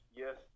yes